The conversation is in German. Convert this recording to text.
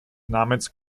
namens